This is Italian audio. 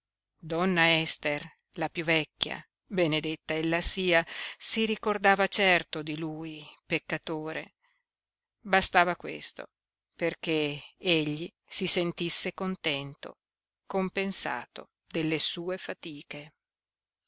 donna ester la piú vecchia benedetta ella sia si ricordava certo di lui peccatore bastava questo perché egli si sentisse contento compensato delle sue fatiche